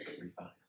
refine